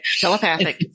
telepathic